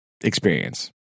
experience